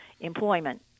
employment